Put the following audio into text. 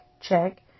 Check